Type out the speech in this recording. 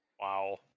Wow